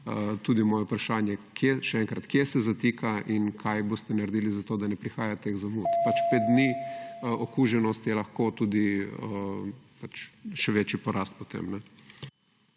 pa moje vprašanje še enkrat, kje se zatika in kaj boste naredili za to, da ne prihaja do teh zamud. Zaradi pet dni okuženosti je lahko tudi še večji porast potem.